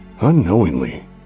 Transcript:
Unknowingly